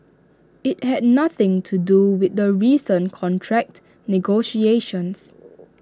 IT had nothing to do with the recent contract negotiations